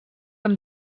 amb